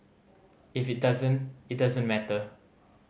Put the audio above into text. if it doesn't it doesn't matter